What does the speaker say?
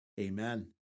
Amen